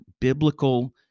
biblical